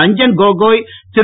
Ranjan Gogoi Thiru